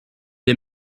est